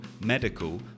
medical